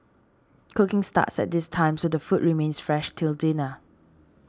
cooking starts at this time so the food remains fresh until dinner